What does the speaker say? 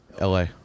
la